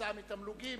כתוצאה מתמלוגים,